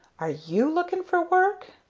are you looking for work?